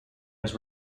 was